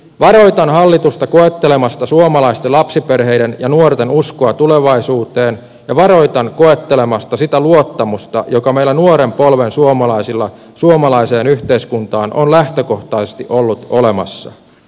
varoitan hallitusta koettelemasta suomalaisten lapsiperheiden ja nuorten uskoa tulevaisuuteen ja varoitan koettelemasta sitä luottamusta joka meillä nuoren polven suomalaisilla suomalaiseen yhteiskuntaan on lähtökohtaisesti ollut olemassa